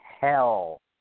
hell